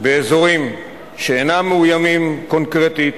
באזורים שאינם מאוימים קונקרטית,